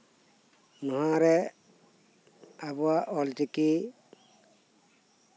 ᱱᱚᱶᱟ ᱢᱟᱲᱟᱝ ᱨᱮ ᱟᱵᱚᱣᱟᱜ ᱚᱞ ᱪᱤᱠᱤ